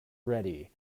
ready